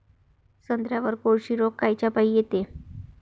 संत्र्यावर कोळशी रोग कायच्यापाई येते?